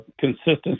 consistency